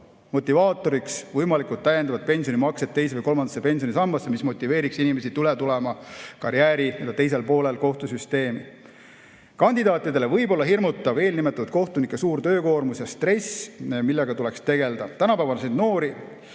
motivaatoriks võimalikud täiendavad pensionimaksed teise või kolmandasse pensionisambasse, mis motiveeriks inimesi karjääri teisel poolel üle tulema kohtusüsteemi. Kandidaatidele võib olla hirmutav kohtunike eelnimetatud suur töökoormus ja stress, millega tuleks tegeleda. Tänapäeva noori